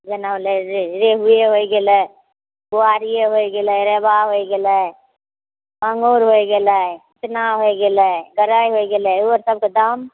जेना होलै जे रेहुए होइ गेलै बोआरिए होइ गेलै रेवा होइ गेलै मांगुर होइ गेलै इचना होइ गेलै गरै होइ गेलै ओहो सबके दाम